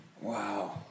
wow